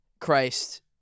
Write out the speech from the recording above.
Christ